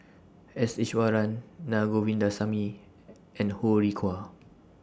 S Iswaran Naa Govindasamy and Ho Rih Hwa